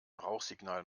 rauchsignal